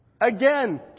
Again